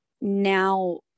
Now